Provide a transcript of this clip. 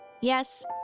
Yes